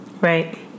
Right